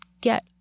get